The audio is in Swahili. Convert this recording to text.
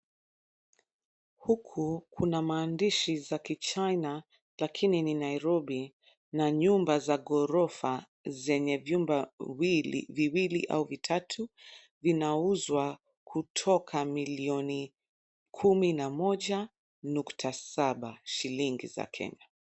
Huku kuna maandishi ya kichina lakini ni Nairobi na nyumba za ghorofa zenye vyumba viwili au vitatu vinauzwa kutoka milioni 11.7 shilingi za kenya.